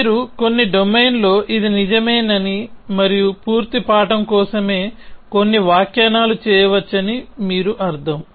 మీరు కొన్ని డొమైన్లో ఇది నిజమేనని మరియు పూర్తి పాఠం కోసమే కొన్ని వ్యాఖ్యానాలు చేయవచ్చని మీరు అర్థం